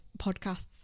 podcasts